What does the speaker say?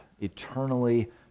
eternally